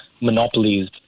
monopolies